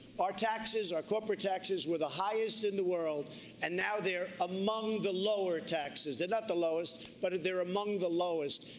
our taxes, our corporate taxes were the highest in the world and now they're among the lower taxes. they're not the lowest. but they're among the lowest.